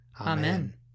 Amen